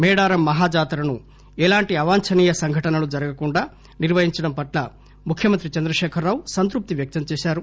మేడారం మహాజాతరను ఎలాంటి అవాంచనీయ ఘటనలు జరగకుండా నిర్వహించడంపట్ల ముఖ్యమంత్రి చంద్రకేఖరరావు సంతృప్తి వ్యక్తంచేశారు